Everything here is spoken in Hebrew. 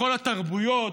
בכל התרבויות.